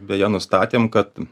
beje nustatėm kad